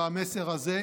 המסר הזה,